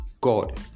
God